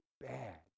bad